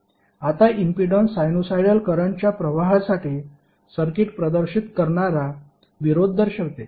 आता impedance sinusoidal करंटच्या प्रवाहासाठी सर्किट प्रदर्शित करणारा विरोध दर्शवते